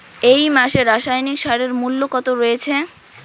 এই মাসে রাসায়নিক সারের মূল্য কত রয়েছে?